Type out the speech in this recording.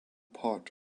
part